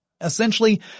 Essentially